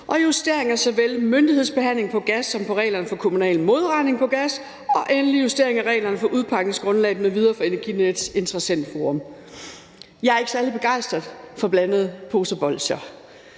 justering af såvel myndighedsbehandling på gas som af reglerne for kommunal modregning på gas og endelig justering af reglerne for udpegningsgrundlaget m.v. for Energinets interessentforum. Jeg er ikke særlig begejstret for blandede poser bolsjer,